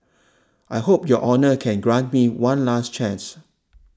I hope your honour can grant me one last chance